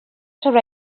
sobre